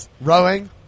Rowing